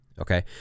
Okay